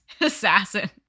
assassin